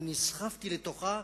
אני נסחפתי לתוכה,